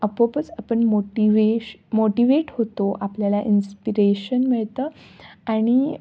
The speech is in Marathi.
आपोआपच आपण मोटीवेश मोटीवेट होतो आपल्याला इन्स्पिरेशन मिळतं आणि